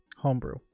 homebrew